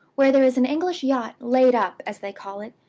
where there is an english yacht laid up as they call it,